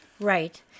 Right